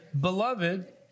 Beloved